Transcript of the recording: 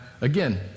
Again